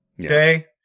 okay